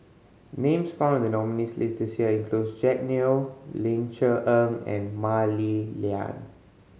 names found in nominees' list this year include Jack Neo Ling Cher Eng and Mah Li Lian